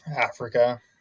Africa